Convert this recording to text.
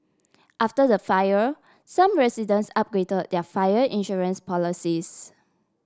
after the fire some residents upgrade their fire insurance policies